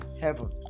heaven